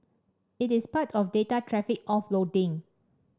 it is part of data traffic offloading